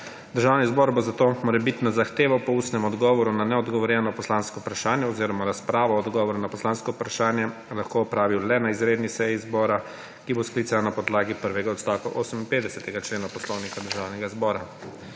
Državni zbor bo zato morebitno zahtevo po ustnem odgovoru na neodgovorjeno poslansko vprašanje oziroma razpravo o odgovoru na poslansko vprašanje lahko opravil le na izredni seji zbora, ki bo sklicana na podlagi prvega odstavka 58. člena Poslovnika Državnega zbora.